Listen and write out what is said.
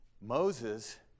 Moses